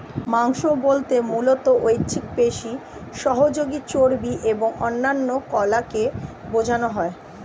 মাংস বলতে মূলত ঐচ্ছিক পেশি, সহযোগী চর্বি এবং অন্যান্য কলাকে বোঝানো হয়